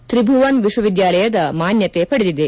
ತ್ರಿಭುವನ್ ವಿಶ್ವವಿದ್ಯಾಲಯದ ಮಾನ್ಲತೆ ಪಡೆದಿದೆ